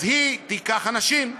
היא תיקח אנשים.